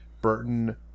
Burton